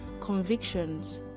convictions